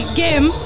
game